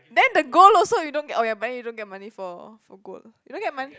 then the gold also you don't get oh ya but you don't get money for for gold you don't get mon~